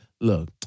look